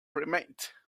remained